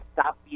stop